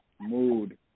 Mood